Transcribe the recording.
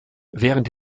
während